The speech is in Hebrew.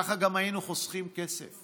ככה גם היינו חוסכים כסף